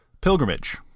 pilgrimage